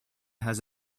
has